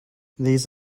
these